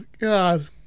God